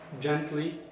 gently